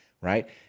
right